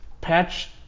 patch